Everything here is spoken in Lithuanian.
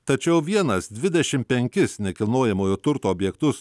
tačiau vienas dvidešimt penkis nekilnojamojo turto objektus